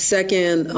Second